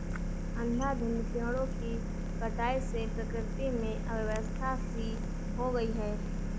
अंधाधुंध पेड़ों की कटाई से प्रकृति में अव्यवस्था सी हो गई है